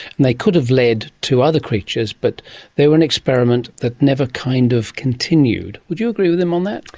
and they could have led to other creatures but they were an experiment that never kind of continued. would you agree with him on that?